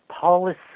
policy